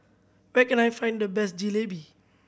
where can I find the best Jalebi